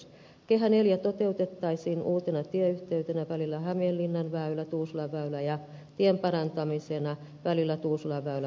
kehä iv toteutettaisiin uutena tieyhteytenä välillä hämeenlinnanväylätuusulanväylä ja tien parantamisena välillä tuusulanväylä vanha lahdentie